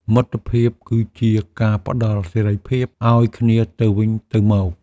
មិត្តភាពគឺជាការផ្តល់សេរីភាពឱ្យគ្នាទៅវិញទៅមក។